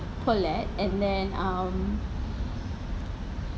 Poulet and then um